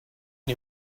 and